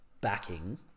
backing